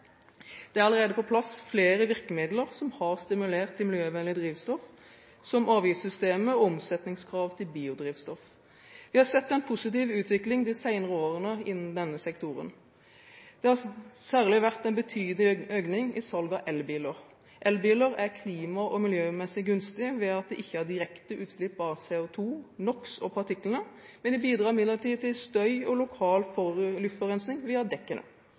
Det er allerede på plass flere virkemidler som har stimulert til miljøvennlig drivstoff, som avgiftssystemet og omsetningskrav til biodrivstoff. Vi har sett en positiv utvikling de senere årene innen denne sektoren. Det har særlig vært en betydelig økning i salget av elbiler. Elbiler er klima- og miljømessig gunstig ved at de ikke har direkte utslipp av CO2, NOx og partikler, men de bidrar imidlertid til støy og lokal luftforurensning via dekkene.